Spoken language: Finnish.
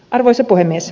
arvoisa puhemies